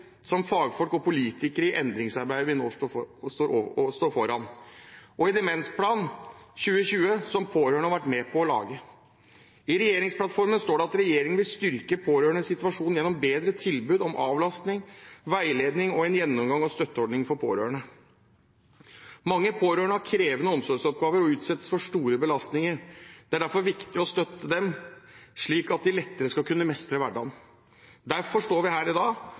som fagfolk og politikere i endringsarbeidet vi nå står foran, og i Demensplan 2020, som pårørende har vært med på å lage. I regjeringsplattformen står det at regjeringen vil styrke pårørendes situasjon gjennom bedre tilbud om avlastning, veiledning og en gjennomgang av støtteordningene for pårørende. Mange pårørende har krevende omsorgsoppgaver og utsettes for store belastninger. Det er derfor viktig å støtte dem, slik at de lettere skal kunne mestre hverdagen. Derfor står vi her i dag